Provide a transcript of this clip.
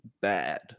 bad